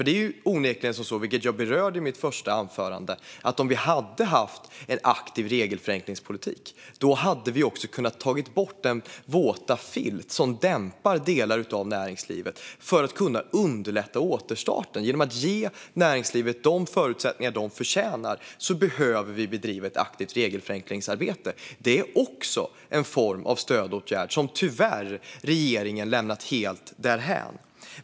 Det är onekligen så, vilket jag berörde i mitt första anförande, att om vi hade haft en aktiv regelförenklingspolitik skulle vi också ha kunnat ta bort den våta filt som dämpar delar av näringslivet och kunnat underlätta återstarten. För att ge näringslivet de förutsättningar det förtjänar behöver vi bedriva ett aktivt regelförenklingsarbete. Det är en form av stödåtgärd som regeringen tyvärr har lämnat helt därhän.